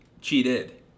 cheated